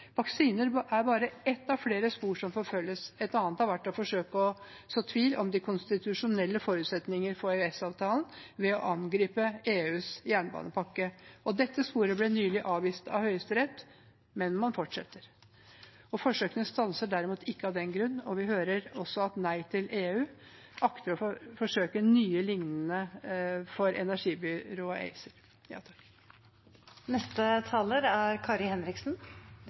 er bare ett av flere spor som forfølges. Et annet har vært å forsøke å så tvil om de konstitusjonelle forutsetningene for EØS-avtalen ved å angripe EUs jernbanepakke. Dette sporet ble nylig avvist av Høyesterett, men man fortsetter. Forsøkene stanser derimot ikke av den grunn, og vi hører også at Nei til EU akter å forsøke noe lignende med energibyrået ACER.